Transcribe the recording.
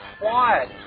quiet